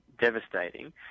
devastating